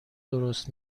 درست